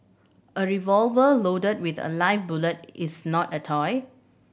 a revolver loaded with a live bullet is not a toy